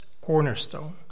cornerstone